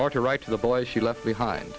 or to write to the boys she left behind